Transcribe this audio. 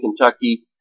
Kentucky